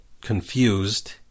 confused